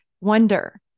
wonder